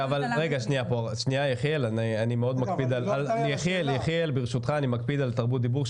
שנייה יחיאל, ברשותך, אני מקפיד על תרבות דיבור.